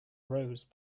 rose